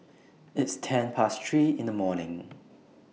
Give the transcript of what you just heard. its ten Past three in The morning